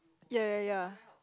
ya ya ya